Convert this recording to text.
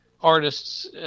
artists